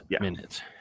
minutes